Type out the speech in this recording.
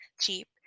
cheap